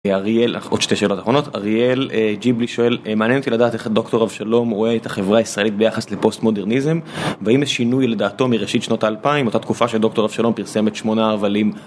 עוד שתי שאלות אחרונות, אריאל ג'יבלי שואל מעניין אותי לדעת איך הדוקטור אבשלום רואה את החברה הישראלית ביחס לפוסט מודרניזם והאם יש שינוי לדעתו מראשית שנות האלפיים, אותה תקופה שדוקטור אבשלום פרסמת שמונה אבלים.